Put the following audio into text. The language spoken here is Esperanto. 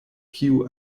kiu